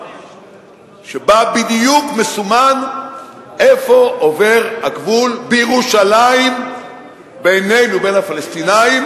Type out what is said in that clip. שבה בדיוק מסומן איפה עובר הגבול בירושלים בינינו ובין הפלסטינים,